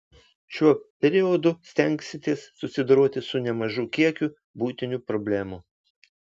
šiuo periodu stengsitės susidoroti su nemažu kiekiu buitinių problemų